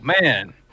man